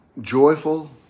joyful